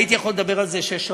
הייתי יכול לדבר על זה שש שעות,